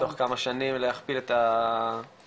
תוך כמה שנים להכפיל את הגיל.